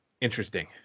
Interesting